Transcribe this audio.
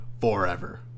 forever